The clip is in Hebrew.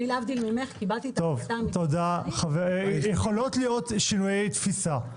להבדיל ממך אני קיבלתי את ההחלטה --- יכולים להיות שינויי תפיסה.